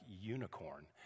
unicorn